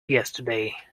yesterday